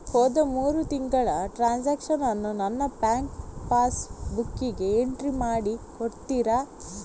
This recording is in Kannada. ಹೋದ ಮೂರು ತಿಂಗಳ ಟ್ರಾನ್ಸಾಕ್ಷನನ್ನು ನನ್ನ ಬ್ಯಾಂಕ್ ಪಾಸ್ ಬುಕ್ಕಿಗೆ ಎಂಟ್ರಿ ಮಾಡಿ ಕೊಡುತ್ತೀರಾ?